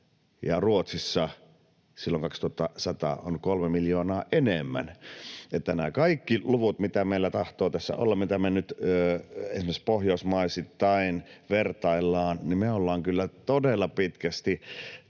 Ruotsissa silloin 2100 on kolme miljoonaa enemmän. Eli näissä kaikissa luvuissa, mitä meillä tahtoo tässä olla ja mitä me nyt esimerkiksi pohjoismaisittain vertaillaan, me ollaan kyllä todella pitkästi